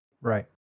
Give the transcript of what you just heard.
Right